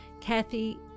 Kathy